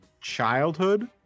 childhood